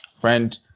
Friend